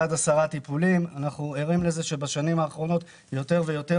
אנחנו ערים לזה שבשנים האחרונות יותר ויותר